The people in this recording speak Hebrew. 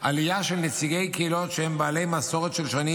עלייה של נציגי קהילות שהם בעלי מסורת של שנים